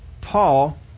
Paul